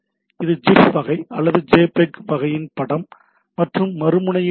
இது gif வகை அல்லது jpeg வகையின் படம் மற்றும் மறுமுனையில் உள்ளது